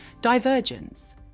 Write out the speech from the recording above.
divergence